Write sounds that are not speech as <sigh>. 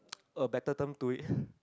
a better term to it <breath>